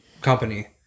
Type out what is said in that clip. company